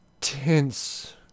tense